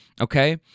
Okay